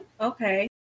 Okay